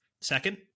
Second